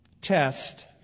Test